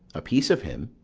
a piece of him.